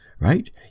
right